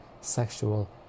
sexual